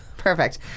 Perfect